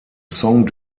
song